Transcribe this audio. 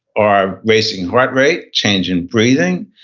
are racing heart rate, change in breathing,